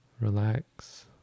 relax